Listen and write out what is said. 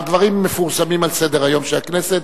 הדברים מפורסמים על סדר-היום של הכנסת.